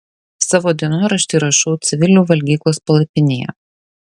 savo dienoraštį rašau civilių valgyklos palapinėje